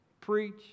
preach